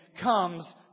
comes